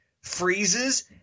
freezes